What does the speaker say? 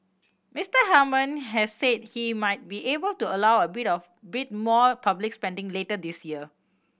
Mister Hammond has said he might be able to allow a bit of bit more public spending later this year